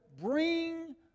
bring